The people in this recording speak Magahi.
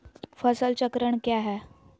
फसल चक्रण क्या है?